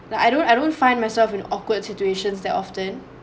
I don't I don't find myself in awkward situations that often